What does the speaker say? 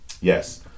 Yes